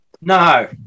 No